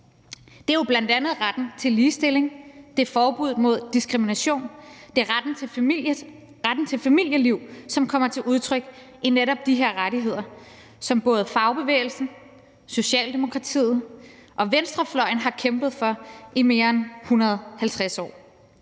Det er jo bl.a. retten til ligestilling, det er forbuddet mod diskrimination, det er retten til familieliv, som kommer til udtryk i netop de her rettigheder, som både fagbevægelsen, Socialdemokratiet og venstrefløjen har kæmpet for i mere end 150 år,